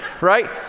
right